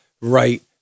right